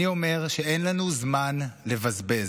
אני אומר שאין לנו זמן לבזבז.